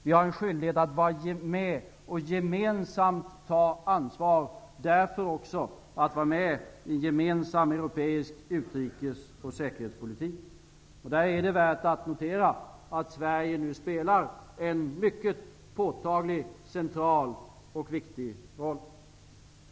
Vi har en skyldighet att vara med och gemensamt ta ansvar, och därför också att vara med i gemensam europeisk utrikes och säkerhetspolitik. Därvidlag är det värt att notera att Sverige nu spelar en påtaglig central och viktig roll.